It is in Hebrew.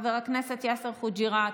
חבר הכנסת יאסר חוג'יראת,